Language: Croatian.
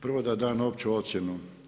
Prvo da sam opću ocjenu.